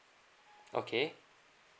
okay